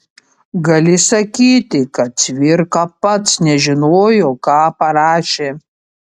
gali sakyti kad cvirka pats nežinojo ką parašė